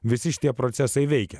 visi šitie procesai veikia